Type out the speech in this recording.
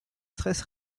stress